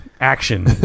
action